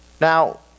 Now